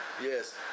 Yes